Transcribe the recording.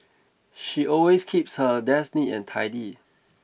she always keeps her desk neat and tidy